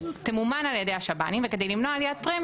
תמומן על ידי השב"נים וכדי למנוע עליית פרמיות